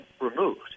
removed